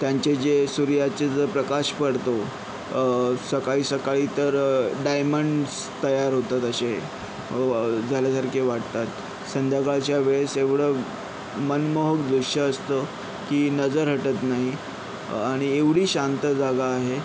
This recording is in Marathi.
त्यांचे जे सूर्याचे जे प्रकाश पडतो सकाळी सकाळी तर डायमंड्स तयार होतात असे झाल्यासारखे वाटतात संध्याकाळच्या वेळेस एवढं मनमोहक दृश्य असतं की नजर हटत नाही आणि एवढी शांत जागा आहे